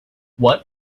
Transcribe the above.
what